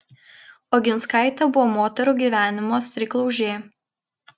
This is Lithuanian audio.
oginskaitė buvo moterų gyvenimo streiklaužė